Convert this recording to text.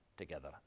Together